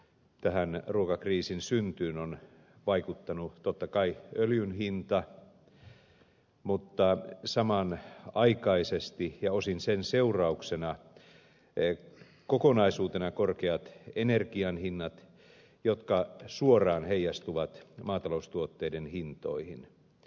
tähän ruokakriisin syntyyn on vaikuttanut totta kai öljyn hinta mutta samanaikaisesti ja osin sen seurauksena myös energian kokonaisuutena korkeat hinnat jotka suoraan heijastuvat maataloustuotteiden hintoihin